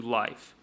life